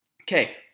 okay